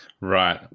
right